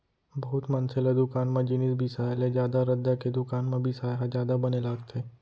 बहुत मनसे ल दुकान म जिनिस बिसाय ले जादा रद्दा के दुकान म बिसाय ह जादा बने लागथे